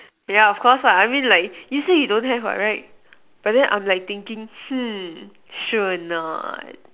yeah of cause lah I mean like you say you don't have what but then I'm thinking sure or not